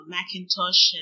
Macintosh